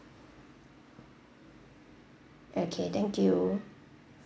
okay thank you